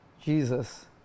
Jesus